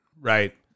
right